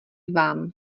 vám